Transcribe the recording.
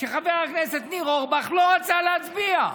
שחבר הכנסת ניר אורבך לא רצה להצביע.